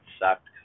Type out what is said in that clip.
sucked